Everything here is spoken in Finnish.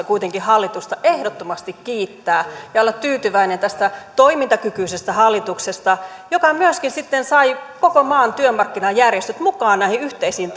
kuitenkin hallitusta ehdottomasti kiittää tästä suuresta kuvasta ja olla tyytyväinen tästä toimintakykyisestä hallituksesta joka myöskin sai koko maan työmarkkinajärjestöt mukaan näihin yhteisiin